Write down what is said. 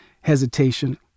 hesitation